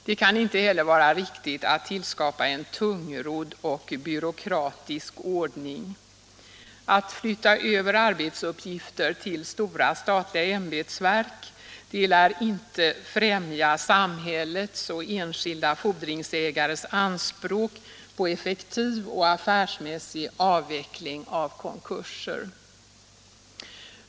Det kan inte heller vara riktigt att tillskapa en tungrodd och byråkratisk ordning. Att flytta över arbetsuppgifter på stora statliga ämbetsverk lär inte främja samhällets och enskilda fordringsägares anspråk på effektiv och affärsmässig avveckling av konkurser.